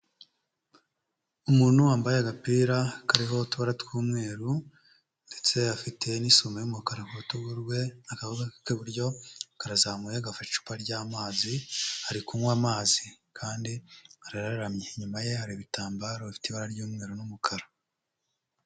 Umuntu wambaye agapira kariho utubara tw'umweru ndetse afite n'isume y'umukara ku rutugu rwe k'iburyo karazamuye agafashe icupa ry'amazi ari kunywa amazi kandi araramye inyuma ye hari ibitambaro bifite ibara ry'umweru n'umukara.